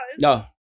No